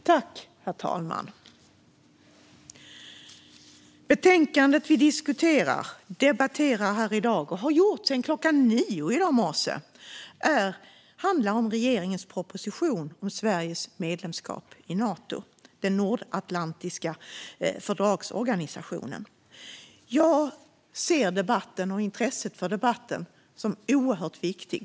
Herr talman! Det betänkande vi har diskuterat och debatterat här sedan klockan nio i morse handlar om regeringens proposition om Sveriges medlemskap i Nato, den nordatlantiska fördragsorganisationen. Jag ser debatten som oerhört viktig, liksom intresset för den.